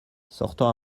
sortant